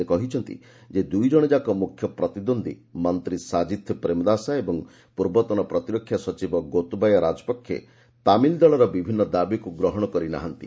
ସେ କହିଛନ୍ତି ଯେ ଦୁଇଜଣଯାକ ମୁଖ୍ୟ ପ୍ରତିଦ୍ୱନ୍ଦୀ ମନ୍ତ୍ରୀ ସାଜିଥ୍ ପ୍ରେମଦାସା ଓ ପୂର୍ବତନ ପ୍ରତିରକ୍ଷା ସଚିବ ଗୋତବାୟୀ ରାଜପକ୍ଷେ ତାମିଲ ଦଳର ବିଭିନ୍ନ ଦାବିକୁ ଗ୍ରହଣ କରି ନାହାନ୍ତି